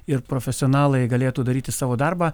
ir profesionalai galėtų daryti savo darbą